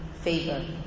favor